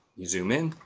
you zoom in.